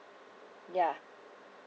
ya